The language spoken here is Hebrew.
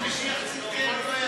כל עוד משיח צדקנו לא יגיע,